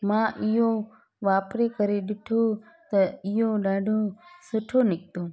मां इहो वापिरे करे ॾिठो त इहो ॾाढो सुठो निकितो